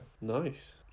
Nice